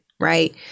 Right